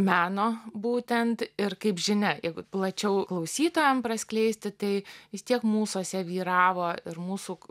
meno būtent ir kaip žinia jeigu plačiau klausytojam praskleisti tai vis tiek mūsuose vyravo ir mūsų